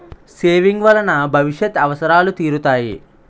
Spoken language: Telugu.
సేవింగ్ వలన భవిష్యత్ అవసరాలు తీరుతాయి